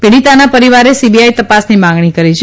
પીડીતાના પરિવારે સીબીઆઇ તપાસની માગણી કરી છે